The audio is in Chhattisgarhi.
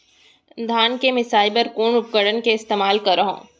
धान के मिसाई बर कोन उपकरण के इस्तेमाल करहव?